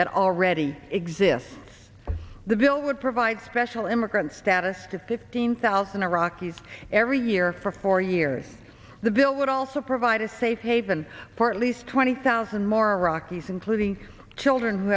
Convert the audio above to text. that already exists the bill would provide special immigrant status to fifteen thousand iraqis every year for four years the bill would also provide a safe haven for at least twenty thousand more iraqis including children who